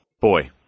boy